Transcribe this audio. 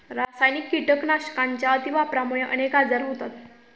रासायनिक कीटकनाशकांच्या अतिवापरामुळे अनेक आजार होतात